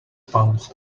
pounced